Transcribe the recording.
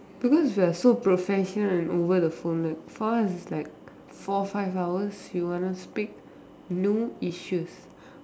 because if you are so professional over the phone for us it's like four five hours you want us speak no issues